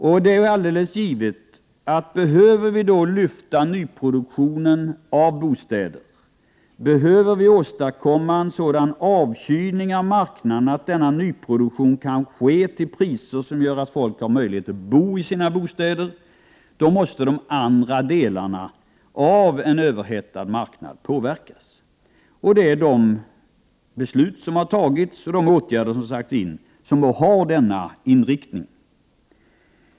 Om vi behöver lyfta nyproduktionen av bostäder är det alldeles givet att vi måste åstadkomma en sådan avkylning av marknaden att denna nyproduktion kan ske till priser som gör det möjligt för människor att bo i sina bostäder. De andra delarna av en överhettad marknad måste då påverkas. De beslut som har fattats och de åtgärder som har vidtagits har denna inriktning.